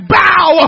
bow